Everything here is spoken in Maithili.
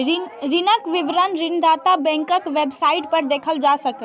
ऋणक विवरण ऋणदाता बैंकक वेबसाइट पर देखल जा सकैए